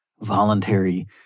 voluntary